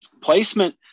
Placement